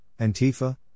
Antifa